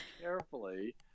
carefully